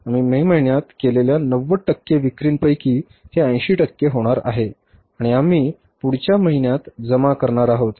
आम्ही मे महिन्यात केलेल्या 90 टक्के विक्रींपैकी हे 80 टक्के होणार आहे आणि आम्ही पुढच्या महिन्यात जमा करणार आहोत